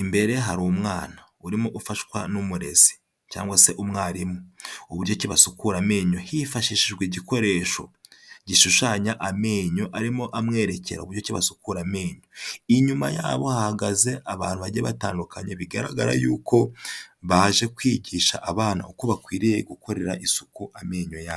Imbere hari umwana urimo ufashwa n'umurezi cyangwa se umwarimu. Uburyo ki basukura amenyo hifashishijwe igikoresho gishushanya amenyo, arimo amwerekera uburyo ki basukura amenyo. Inyuma yabo hahagaze abantu bagiye batandukanye bigaragara yuko baje kwigisha abana uko bakwiriye gukorera isuku amenyo yabo.